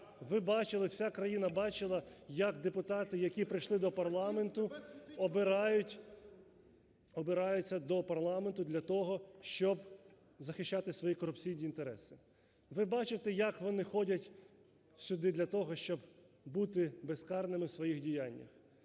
як депутати, як депутати, які прийшли до парламенту, обирають… (Шум у залі) …обираються до парламенту для того, щоб захищати свої корупційні інтереси. Ви бачите, як вони ходять сюди для того, щоб бути безкарними у своїх діяннях,